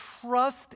trust